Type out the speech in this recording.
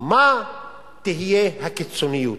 מה תהיה הקיצוניות?